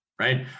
right